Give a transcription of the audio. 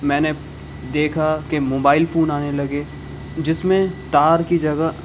میں نے دیکھا کہ موبائل فون آنے لگے جس میں تار کی جگہ